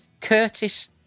Curtis